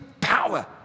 power